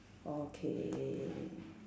okay